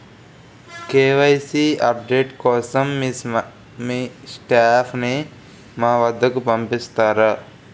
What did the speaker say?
KYC update కోసం మీ staff ని మా వద్దకు పంపిస్తారా?